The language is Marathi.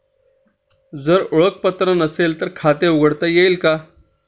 जर ओळखपत्र नसेल तर खाते उघडता येईल का?